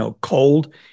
cold